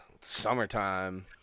summertime